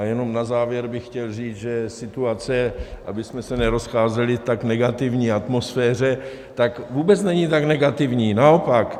A jenom na závěr bych chtěl říct, že situace abychom se nerozcházeli v tak negativní atmosféře vůbec není tak negativní, naopak.